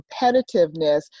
competitiveness